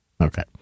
Okay